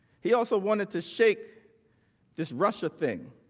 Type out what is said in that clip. he also wanted to shake this russia thing.